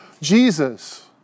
Jesus